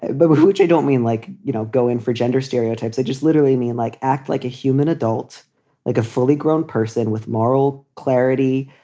but which i don't mean like you know go in for gender stereotypes. they just literally mean like act like a human adult, like a fully grown person with moral clarity,